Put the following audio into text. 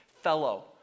fellow